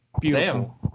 Beautiful